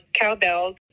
cowbells